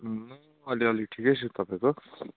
अहिले अलि ठिकै छु तपाईँको